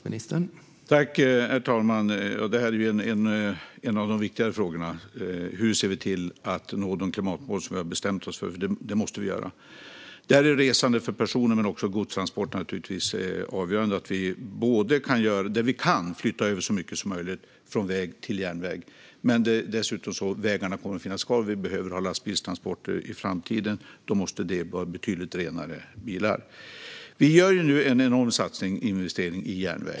Herr talman! Detta är en av de viktigare frågorna. Hur ser vi till att nå de klimatmål som vi har bestämt oss för? Det måste vi ju göra. Där är personresor och godstransporter avgörande. Vi måste flytta över så mycket vi kan från väg till järnväg, men vägarna kommer att finans kvar, och vi behöver ha lastbilstransporter i framtiden. Då måste det vara betydligt renare bilar. Vi gör nu en enorm satsning och investering i järnväg.